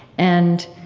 and,